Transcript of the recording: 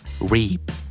Reap